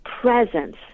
presence